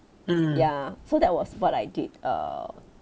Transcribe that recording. ya so that was what I did err